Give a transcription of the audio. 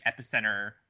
epicenter